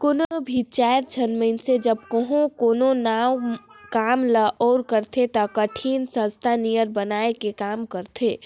कोनोच भी चाएर झन मइनसे जब कहों कोनो नावा काम ल ओर करथे ता एकठिन संस्था नियर बनाए के काम करथें